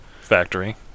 factory